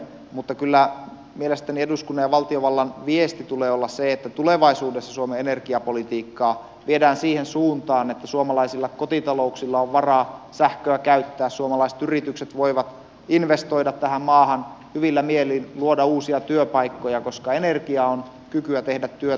mutta kyllä mielestäni eduskunnan ja valtiovallan viestin tulee olla se että tulevaisuudessa suomen energiapolitiikkaa viedään siihen suuntaan että suomalaisilla kotitalouksilla on varaa sähköä käyttää suomalaiset yritykset voivat investoida tähän maahan hyvillä mielin luoda uusia työpaikkoja koska energia on kykyä tehdä työtä